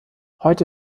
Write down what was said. heute